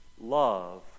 love